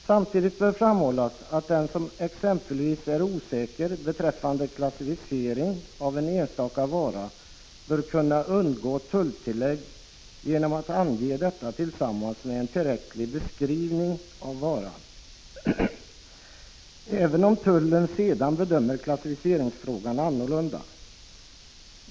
Samtidigt bör framhållas att den som exempelvis är osäker beträffande klassificeringen av en enstaka vara bör kunna undgå tulltillägg genom att ange detta tillsammans med en tillräcklig beskrivning av varan, även om tullen sedan bedömer klassificeringsfrågan annorlunda.